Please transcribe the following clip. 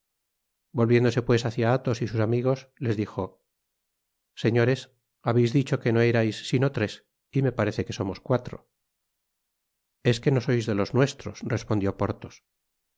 volviéndose pues hácia athos y sus amigos les dijo content from google book search generated at señores habeis dicho que no erais sino tres y me parece que somos cuatro i es que no sois de los nuestros respondió porthos es